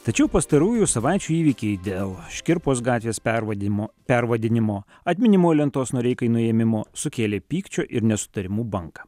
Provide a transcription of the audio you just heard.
tačiau pastarųjų savaičių įvykiai dėl škirpos gatvės pervadimo pervadinimo atminimo lentos noreikai nuėmimo sukėlė pykčio ir nesutarimų bangą